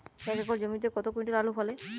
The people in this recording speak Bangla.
এক একর জমিতে কত কুইন্টাল আলু ফলে?